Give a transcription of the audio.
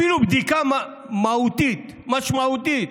אפילו בדיקה מהותית, משמעותית,